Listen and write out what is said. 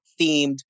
themed